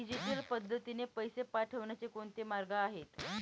Digital पद्धतीने पैसे पाठवण्याचे कोणते मार्ग आहेत?